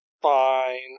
Fine